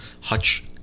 Hutch